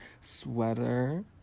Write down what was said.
sweater